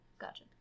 Gotcha